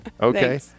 Okay